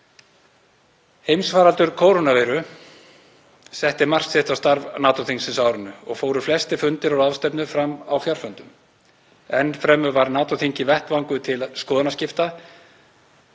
Heimsfaraldur kórónuveiru setti mark sitt á starf NATO-þingsins á árinu og fóru flestir fundir og ráðstefnur fram á fjarfundum. Enn fremur var NATO-þingið vettvangur til skoðanaskipta